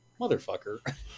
motherfucker